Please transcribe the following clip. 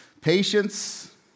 patience